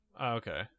okay